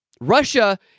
Russia